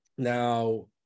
Now